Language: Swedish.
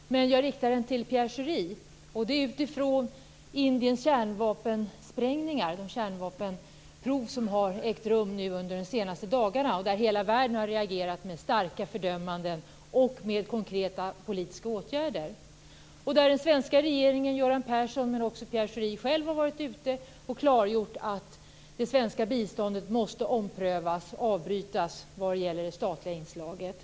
Fru talman! Jag har en fråga till hela regeringen men jag riktar den till Pierre Schori. Jag vill ställa frågan utifrån Indiens kärnvapenprov, som har ägt rum under de senaste dagarna. Hela världen har ju reagerat med starka fördömanden och med konkreta politiska åtgärder. Den svenska regeringen och Göran Persson, även Pierre Schori själv, har gått ut och klargjort att det svenska biståndet måste omprövas, avbrytas, vad gäller det statliga inslaget.